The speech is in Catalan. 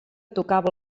tocava